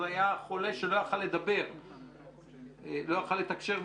אז היה חולה שלא יכול לדבר ולא לתקשר,